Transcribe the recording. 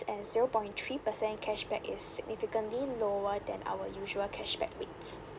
and zero point three percent cashback is significantly lower than our usual cashback rates